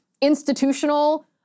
institutional